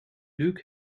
luke